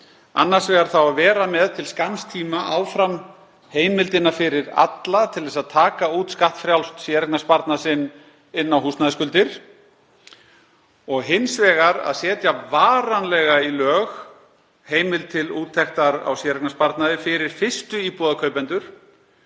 Annars vegar að vera til skamms tíma áfram með heimildina fyrir alla til að taka út skattfrjálst séreignarsparnað sinn inn á húsnæðisskuldir og hins vegar að setja varanlega í lög heimild til úttektar á séreignarsparnaði fyrir fyrstuíbúðarkaupendur